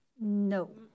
No